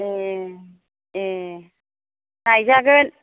ए ए नायजागोन